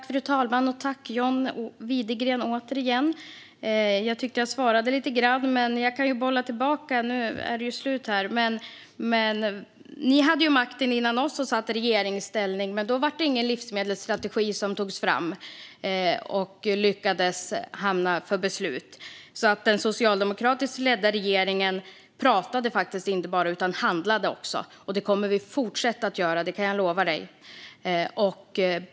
Fru talman! Jag tackar återigen John Widegren. Jag tyckte att jag svarade lite grann. Men jag kan bolla tillbaka till John Widegren. Ni hade makten före oss och satt i regeringsställning. Men då togs det inte fram någon livsmedelsstrategi som det kunde fattas beslut om. Den socialdemokratiskt ledda regeringen pratade faktiskt inte bara utan handlade också. Det kommer vi att fortsätta göra, det kan jag lova dig.